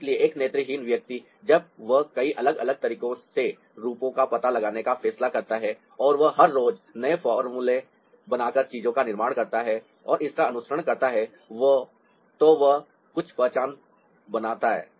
इसलिए एक नेत्रहीन व्यक्ति जब वह कई अलग अलग तरीकों से रूपों का पता लगाने का फैसला करता है और वह हर रोज नए फार्मूले बनाकर चीजों का निर्माण करता है और उसका अनुसरण करता है तो वह कुछ पहचान बनाता है